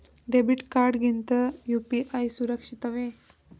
Debit card ಗಿಂತ UPI ಸುರಕ್ಷಿತವೇ?